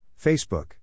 Facebook